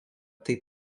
taip